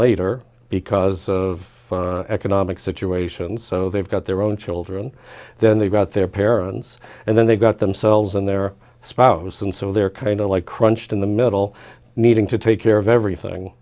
later because of economic situations so they've got their own children then they've got their parents and then they got themselves and their spouse and so they're kind of like crunched in the middle needing to take care of everything